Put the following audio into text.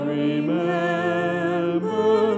remember